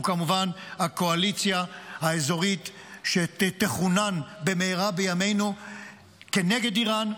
הוא כמובן הקואליציה האזורית שתכונן במהרה בימינו כנגד איראן,